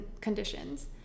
conditions